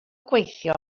gweithio